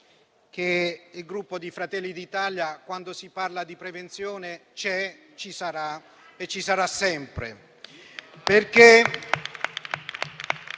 che il Gruppo Fratelli d'Italia, quando si parla di prevenzione, c'è e ci sarà sempre.